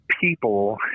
people